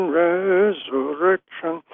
resurrection